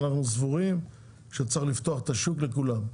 אנחנו סבורים שצריך לפתוח את השוק לכולם.